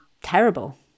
terrible